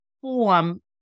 form